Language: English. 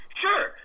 sure